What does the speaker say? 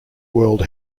world